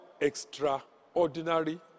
extraordinary